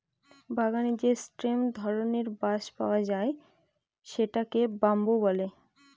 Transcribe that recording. বাগানে যে স্টেম ধরনের বাঁশ পাওয়া যায় সেটাকে বাম্বু বলে